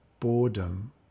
Boredom